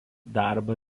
darbą